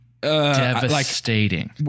devastating